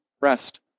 Rest